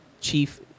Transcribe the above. Chief